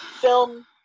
film